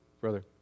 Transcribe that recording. Brother